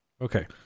Okay